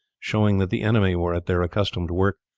showing that the enemy were at their accustomed work.